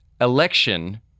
election